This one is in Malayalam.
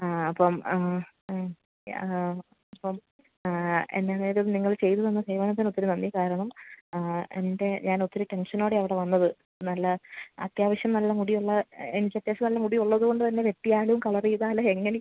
ആ അപ്പോള് ആ അത് അപ്പോള് എൻ്റെ മേക്കപ്പ് നിങ്ങള് ചെയ്തുതന്ന സേവനത്തിനൊത്തിരി നന്ദി കാരണം എൻ്റെ ഞാനൊത്തിരി ടെൻഷനോടെ അവിടെ വന്നത് നല്ല അത്യാവശ്യം നല്ല മുടിയുള്ള എനിക്കത്യാവശ്യം നല്ല മുടി ഉള്ളതുകൊണ്ട് തന്നെ വെട്ടിയാലും കളറെയ്താലും എങ്ങനെ